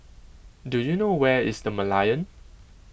do you know where is the Merlion